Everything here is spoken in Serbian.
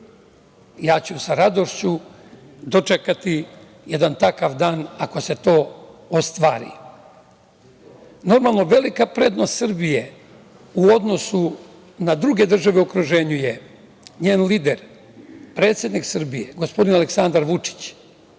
Ja ću sa radošću dočekati jedan takav dan ako se to ostvari. Velika prednost Srbije u odnosu na druge države u okruženju je njen lider, predsednik Srbije, gospodin Aleksandar Vučić,